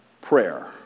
prayer